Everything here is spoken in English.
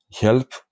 help